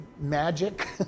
magic